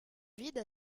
vide